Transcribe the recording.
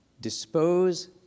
dispose